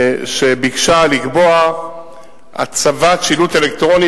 שביקשה לקבוע הצבת שילוט אלקטרוני